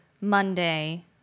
Monday